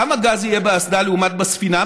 כמה גז יהיה באסדה לעומת הספינה,